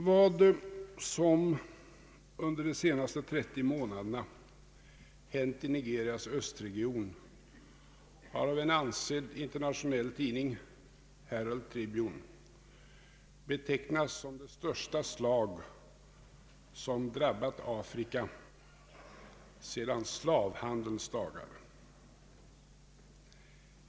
Vad som hänt under de senaste 30 månaderna i Nigerias östregion har av en ansedd internationell tidning, Herald Tribune, betecknats som det största slag som drabbat Afrika sedan slavhandelns dagar.